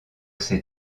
ses